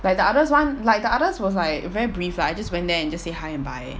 like the others one like the others was like very brief lah I just went there and just say hi and bye